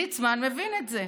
ליצמן מבין את זה.